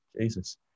Jesus